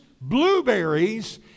blueberries